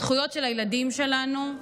הזכויות של הילדים שלנו,